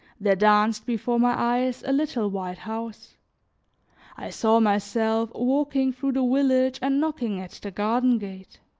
there danced before my eyes a little white house i saw myself walking through the village and knocking at the garden gate.